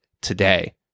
today